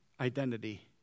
identity